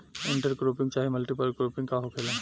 Inter cropping चाहे multiple cropping का होखेला?